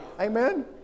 Amen